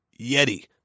Yeti